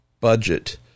budget